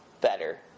better